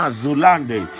zulande